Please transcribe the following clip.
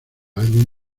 alguien